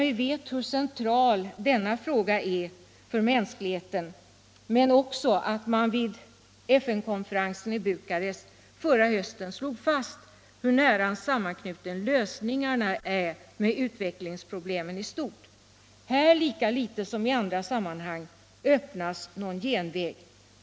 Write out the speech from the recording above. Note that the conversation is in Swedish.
Vi vet hur central denna fråga är för mänskligheten men också att man vid FN-konferensen i Bukarest förra hösten slog fast hur nära sammanknutna lösningarna är med utvecklingsproblemen i stort. Här lika litet som i andra sammanhang öppnas någon genväg.